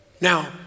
now